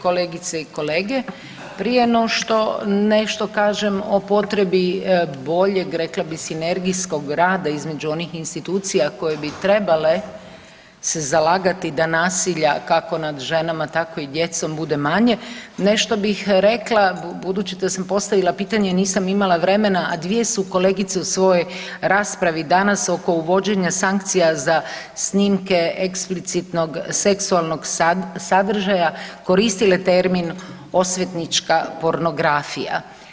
kolegice i kolege, prije no što nešto kažem o potrebi boljeg rekla bi sinergijskog rada između onih institucija koje bi trebale se zalagati da nasilja kako nad ženama tako i djecom bude manje, nešto bih rekla budući da sam postavila pitanje nisam imala vremena, a dvije su kolegice u svojoj raspravi danas oko uvođenja sankcija za snimke eksplicitnog seksualnog sadržaja koristile termin osvetnička pornografija.